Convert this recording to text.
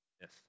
Yes